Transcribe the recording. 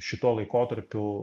šituo laikotarpiu